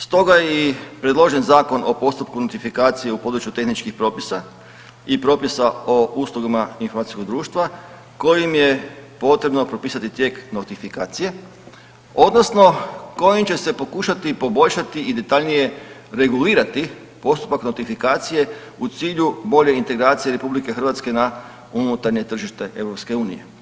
Stoga je i predložen Zakon o postupku notifikacije u području tehničkih propisa i propisa o uslugama informacijskog društva kojim je potrebno propisati tijek notifikacije odnosno kojim će se pokušati poboljšati i detaljnije regulirati postupak notifikacije u cilju bolje integracije RH na unutarnje tržište EU.